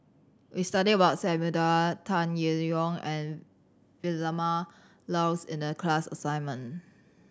we studied about Samuel Dyer Tan Yee Hong and Vilma Laus in the class assignment